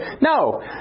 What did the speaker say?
No